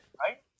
Right